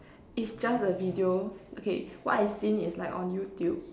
it's just a video okay what I've seen is like on YouTube